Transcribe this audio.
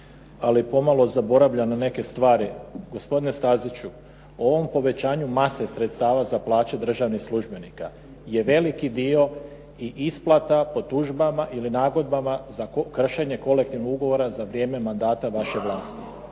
ali pomalo zaboravlja na neke stvari. Gospodine Staziću o ovom povećanju mase sredstava državnih službenika je veliki dio i isplata po tužbama i nagodbama za kršenje kolektivnog ugovora za vrijeme mandata vaše vlasti.